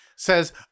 Says